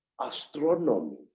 astronomy